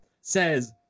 says